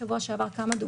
כן הייתי נשאר עם הנוסח